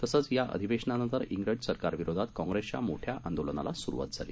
तसंच याअधिवेशनानंतरइंग्रजसरकारविरोधातकाँग्रेसच्यामोठ्याआंदोलनालासुरुवातझाली